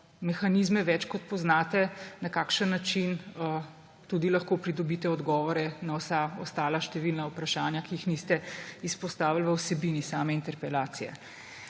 mehanizme več kot poznate, na kakšen način tudi lahko pridobite odgovore na vsa ostala številna vprašanja, ki jih niste izpostavili v vsebini same interpelacije.